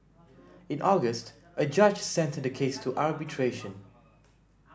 in August a judge sent the case to arbitration